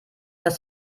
dass